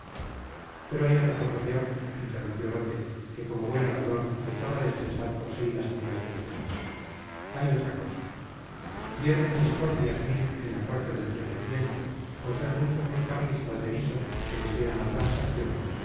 pero hay otra cosa peor interrumpió lópez que como buen orador gustaba de expresar por sí las ideas de los demás hay otra cosa hierven discordias mil en la corte del pretendiente por ser muchos los carlistas de viso que desean la transacción